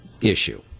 issue